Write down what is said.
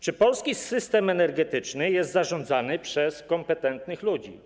Czy polski system energetyczny jest zarządzany przez kompetentnych ludzi?